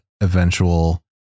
eventual